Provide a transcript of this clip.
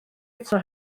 eto